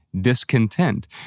discontent